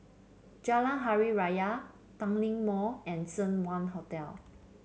Jalan Hari Raya Tanglin Mall and Seng Wah Hotel